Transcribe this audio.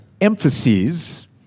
emphases